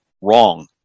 wrong